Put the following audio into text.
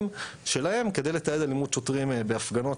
שלהם כדי לתעד אלימות שוטרים בהפגנות,